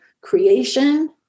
creation